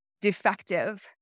defective